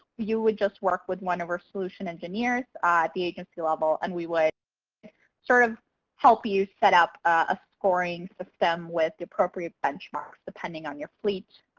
you would just work with one of our solution engineers at ah the agency level, and we would sort of help you set up a scoring system with the appropriate benchmarks, depending on your fleet,